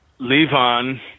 Levon